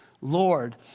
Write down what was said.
Lord